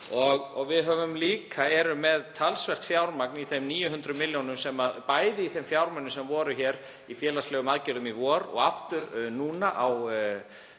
og við erum líka með talsvert fjármagn í þeim 900 milljónum, bæði í þeim fjármunum sem voru hér í félagslegum aðgerðum í vor og aftur núna,